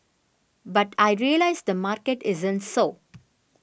but I realised the market isn't so